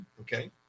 Okay